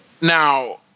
Now